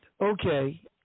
Okay